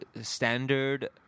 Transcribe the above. standard